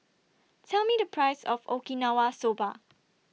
Tell Me The Price of Okinawa Soba